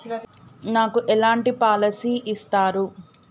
నాకు ఎలాంటి పాలసీ ఇస్తారు?